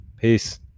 Peace